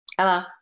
Hello